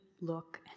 look